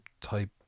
type